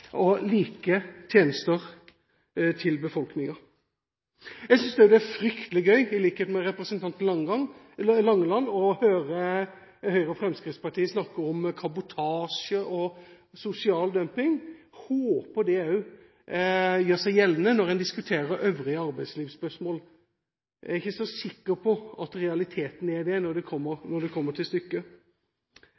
og like tjenester til befolkningen. Jeg synes også det er fryktelig gøy, i likhet med representanten Langeland, å høre Høyre og Fremskrittspartiet snakke om kabotasje og sosial dumping. Jeg håper det også gjør seg gjeldende når de diskuterer øvrige arbeidslivsspørsmål. Jeg er ikke så sikker på at realiteten er det når det kommer